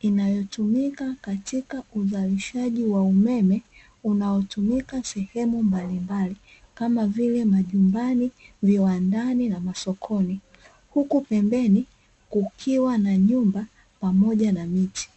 inayotumika katika uzalishaji wa umeme unaotumika sehemu mbalimbali kama vile majumbani, viwandani na masokoni, huku pembeni kukiwa na nyumba pamoja na miti.